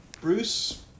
Bruce